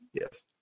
Yes